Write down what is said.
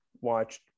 watched